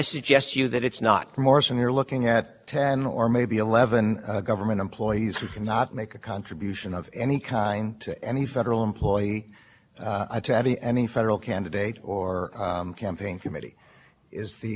eleven government employees who cannot make a contribution of any kind to any federal employee to any any federal candidate or campaign committee is the code of conduct which bars each one of us from making